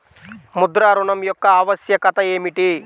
ముద్ర ఋణం యొక్క ఆవశ్యకత ఏమిటీ?